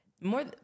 more